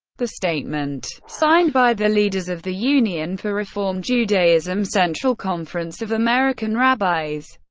the statement, signed by the leaders of the union for reform judaism, central conference of american rabbis,